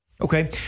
Okay